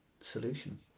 solution